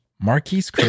Marquise